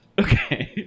okay